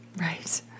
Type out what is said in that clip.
Right